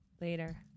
Later